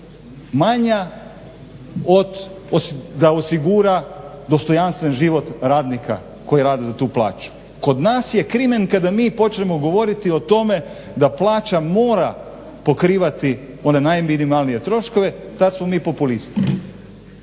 manja od, da osigura dostojanstven život radnika koji rade za tu plaću. Kod nas je krimen kada mi počnemo govoriti o tome da plaća mora pokrivati one najminimalnije troškove, tad smo mi populisti.